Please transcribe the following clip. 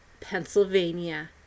Pennsylvania